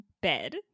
Bed